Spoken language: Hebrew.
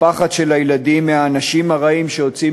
הפחד של הילדים מהאנשים הרעים שיוצאים